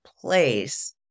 place